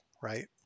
right